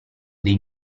dei